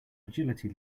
agility